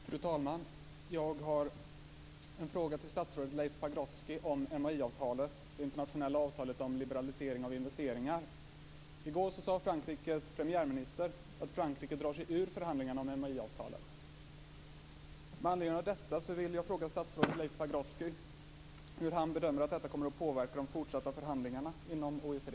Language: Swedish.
Fru talman! Jag har en fråga till statsrådet Leif I går sade Frankrikes premiärminister att Frankrike drar sig ut ur förhandlingarna om MAI-avtalet. Pagrotsky hur han bedömer att detta kommer att påverka de fortsatta förhandlingarna inom OECD.